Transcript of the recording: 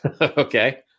Okay